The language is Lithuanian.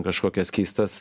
kažkokias keistas